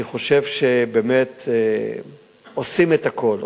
אני חושב שעושים את הכול.